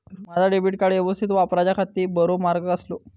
माजा debit card यवस्तीत वापराच्याखाती बरो मार्ग कसलो?